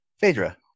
Phaedra